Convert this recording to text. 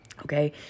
Okay